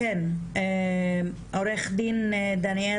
בבקשה, עו"ד דניאל